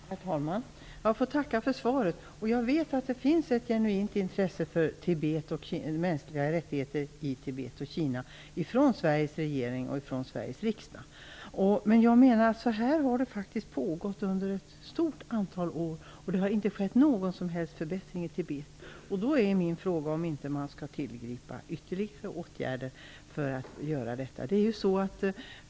Herr talman! Jag får tacka för svaret. Jag vet att det finns ett genuint intresse för Tibet och mänskliga rättigheter i Tibet och Kina från Sveriges regering och Sveriges riksdag. Det här har nu faktiskt pågått under ett stort antal år, och det har inte skett någon som helst förbättring i Tibet. Då är min fråga om man inte skall tillgripa ytterligare åtgärder för att stödja Tibet.